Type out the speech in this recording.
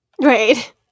Right